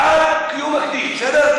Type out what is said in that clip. בעד קיום הכביש, בסדר?